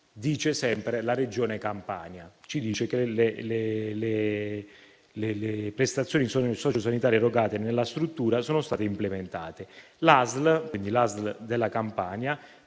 Sempre la Regione Campania ci dice dunque che le prestazioni sociosanitarie erogate nella struttura sono state implementate. L'ASL della Campania